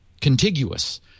contiguous